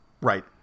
Right